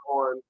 on